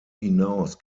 hinaus